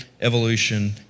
evolution